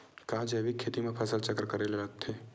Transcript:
का जैविक खेती म फसल चक्र करे ल लगथे?